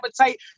appetite